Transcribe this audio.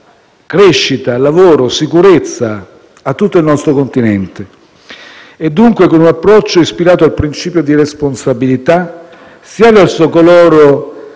crescita, lavoro e sicurezza a tutto il nostro Continente. È dunque con un approccio ispirato al principio di responsabilità, sia verso coloro